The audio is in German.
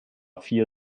vier